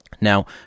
Now